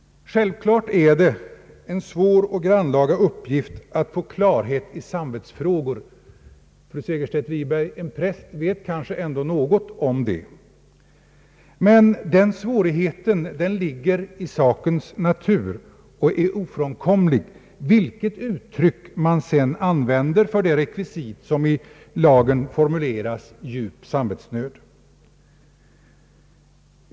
Självfallet är det en svår och grannlaga uppgift att få klarhet i samvetsfrågor. Men, fru Segerstedt Wiberg, en präst vet kanske ändå något om det. Denna svårighet ligger för övrigt i sakens natur och är ofrånkomlig, vilket uttryck man än använder för det rekvisit som i lagen formuleras »djup samvetsnöd».